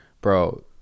Bro